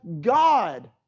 God